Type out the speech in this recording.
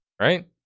right